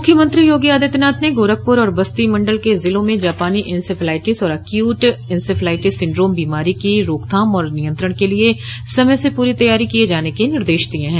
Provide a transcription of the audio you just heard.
मुख्यमंत्री योगी आदित्यनाथ ने गोरखपुर और बस्ती मंडल के जिलों में जापानी इंसेफ्लाइटिस ओर एक्यूट इंसेफ्लाइटिस सिंड्रोम बीमारी की रोकथाम और नियंत्रण के लिये समय से पूरी तैयारी किये जाने के निर्देश दिये है